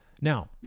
Now